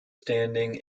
standing